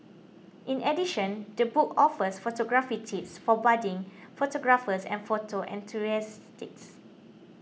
in addition the book offers photography tips for budding photographers and photo enthusiastic